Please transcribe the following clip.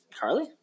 Carly